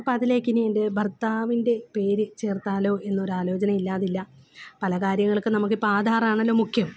അപ്പോള് അതിലേക്കിനി എന്റെ ഭർത്താവിന്റെ പേര് ചേർത്താലോ എന്നൊരു ആലോചന ഇല്ലാതില്ല പല കാര്യങ്ങൾക്കും നമുക്കിപ്പോള് ആധാറാണല്ലോ മുഖ്യം